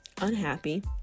unhappy